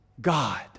God